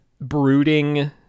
brooding